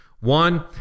One